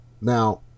Now